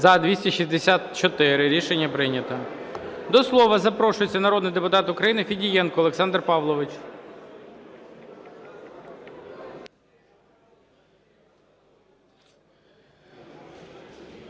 За-264 Рішення прийнято. До слова запрошується народний депутат України Федієнко Олександр Павлович.